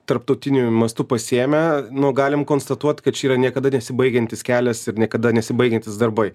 tarptautiniu mastu pasiėmę nu galim konstatuot kad čia yra niekada nesibaigiantis kelias ir niekada nesibaigiantys darbai